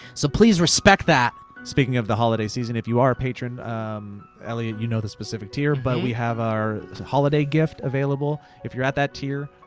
so, please respect that. speaking of the holiday season, if you are a patron elliott, you know the specific tier but we have our holiday gift available. if you're at that tier,